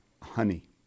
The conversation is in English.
honey